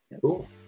Cool